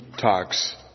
talks